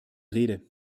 rede